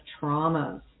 traumas